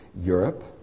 Europe